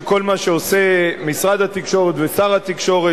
כל מה שעושים משרד התקשורת ושר התקשורת,